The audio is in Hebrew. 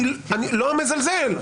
אני לא מזלזל.